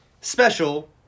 special